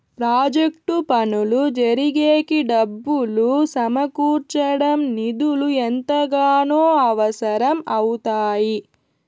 project పనులు జరిగేకి డబ్బులు సమకూర్చడం నిధులు ఎంతగానో అవసరం అవుతాయి